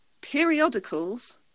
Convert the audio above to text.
periodicals